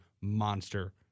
monster